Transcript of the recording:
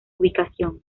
ubicación